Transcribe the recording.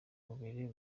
umubiri